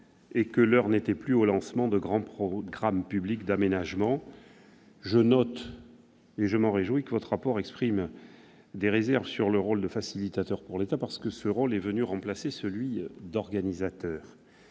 et que l'heure n'était plus au lancement de grands programmes publics d'aménagement. Je note, pour m'en réjouir, que votre rapport exprime des réserves sur le rôle de facilitateur de l'État, parce que ce rôle est venu remplacer celui d'organisateur.